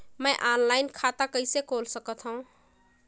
मैं ऑनलाइन खाता कइसे खोल सकथव?